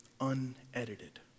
unedited